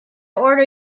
order